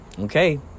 Okay